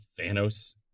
Thanos